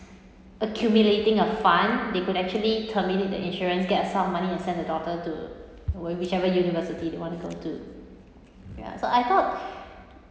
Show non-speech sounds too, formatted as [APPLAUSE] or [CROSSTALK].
accumulating a fund they could actually terminate the insurance get a sum of money and send the daughter to whi~ whichever university they want to go to ya so I thought [BREATH]